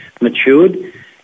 matured